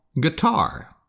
Guitar